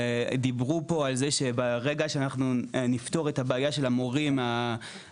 דיברו פה על זה שברגע שנפתור את הבעיה של המורים באולפנים,